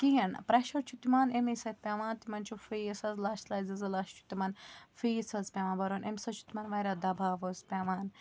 کِہیٖنۍ پرٛٮٚشَر چھُ تِمَن اَمی سۭتۍ پیٚوان تِمَن چھُ فیٖس حظ لَچھ لَچھ زٕ زٕ لَچھ چھُ تِمَن فیٖس حظ پیٚوان بَرُن امہِ سۭتۍ چھِ تِمَن واریاہ دَباو حظ پیٚوان